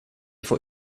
får